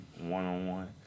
one-on-one